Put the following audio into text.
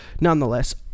nonetheless